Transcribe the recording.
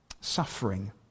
Suffering